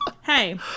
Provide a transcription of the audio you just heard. hey